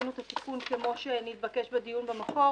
עשינו תיקון כפי שנתבקש בדיון במקור,